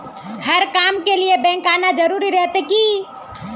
हर काम के लिए बैंक आना जरूरी रहते की?